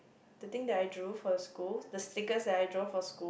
the thing that I drew for the school the stickers that I draw for school